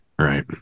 right